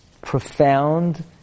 profound